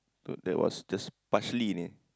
thought that was just partially in it